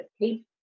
keep